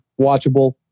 watchable